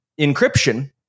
encryption